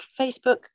Facebook